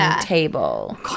table